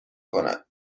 کند